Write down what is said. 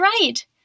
right